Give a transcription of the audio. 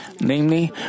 Namely